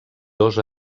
dos